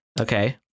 Okay